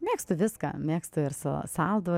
mėgstu viską mėgstu ir sa saldų